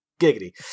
Giggity